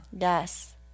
yes